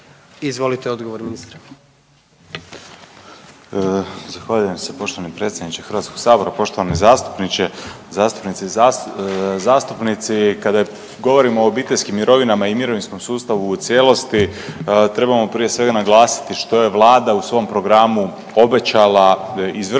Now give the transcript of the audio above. Josip (HDZ)** Zahvaljujem se poštovani predsjedniče Hrvatskog sabora, poštovani zastupniče, zastupnice i zastupnici. Kada govorimo o obiteljskim mirovinama i mirovinskom sustavu u cijelosti trebamo prije svega naglasiti što je Vlada u svom programu obećala izvršiti